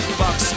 box